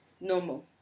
Normal